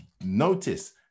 notice